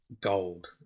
gold